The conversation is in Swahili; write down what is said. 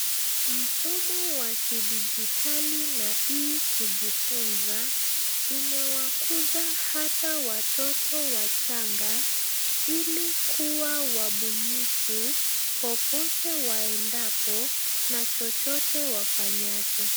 Mfumo wa kidijitali na e-kujifunza imewakuza hata watoto wachanga ili kuwa wabunifu popote waendapo na chochote wafanyacho.